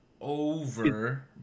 over